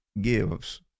gives